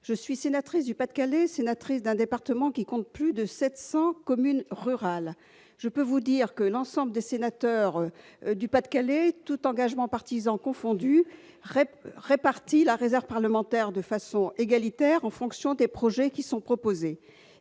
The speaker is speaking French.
Je suis sénatrice du Pas-de-Calais, soit un département qui compte plus de 700 communes rurales. Je puis vous dire que l'ensemble des sénateurs du Pas-de-Calais, tous engagements partisans confondus, répartit la réserve parlementaire de façon égalitaire, en fonction des projets proposés